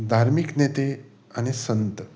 धार्मीक नेते आनी संत